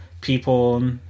people